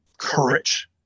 courage